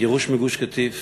לגירוש מגוש-קטיף